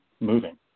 moving